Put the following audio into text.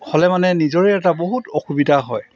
হ'লে মানে নিজৰে এটা বহুত অসুবিধা হয়